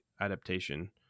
adaptation